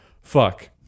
fuck